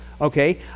Okay